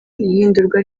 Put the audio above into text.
ihindurwa